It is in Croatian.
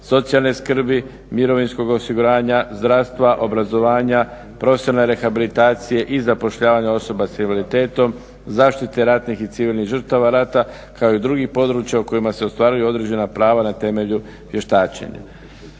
socijalne skrbi, mirovinskog osiguranja, zdravstva, obrazovanja, profesionalne rehabilitacije i zapošljavanja osoba s invaliditetom, zaštite ratnih i civilnih žrtava rata kao i drugih područja u kojima se ostvaruju određena prava na temelju vještačenja.